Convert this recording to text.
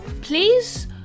please